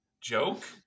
joke